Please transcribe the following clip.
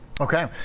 Okay